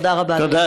תודה רבה לך, אדוני.